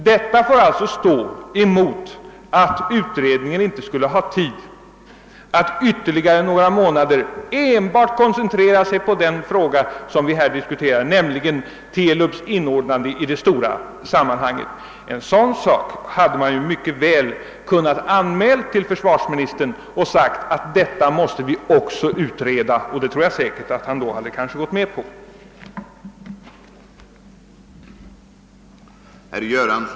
Detta får alltså ställas emot uppgiften att utredningen inte skulle ha tid att ytterligare några månader enbart koncentrera sig till den fråga som vi här diskuterar, nämligen TELUB:s inordnande i det stora sammanhanget. Man hade ju mycket väl kunnat anmäla till försvarsministern att även denna fråga måste utredas. Jag tror säkert att han hade gått med på det.